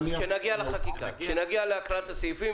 כשנגיע לחקיקה, כשנגיע להקראת הסעיפים.